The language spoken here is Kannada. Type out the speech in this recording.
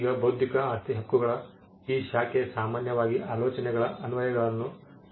ಈಗ ಬೌದ್ಧಿಕ ಆಸ್ತಿ ಹಕ್ಕುಗಳ ಈ ಶಾಖೆ ಸಾಮಾನ್ಯವಾಗಿ ಆಲೋಚನೆಗಳ ಅನ್ವಯಗಳನ್ನು ರಕ್ಷಿಸುತ್ತದೆ